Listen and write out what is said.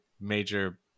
major